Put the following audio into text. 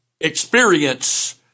experience